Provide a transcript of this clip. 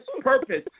purpose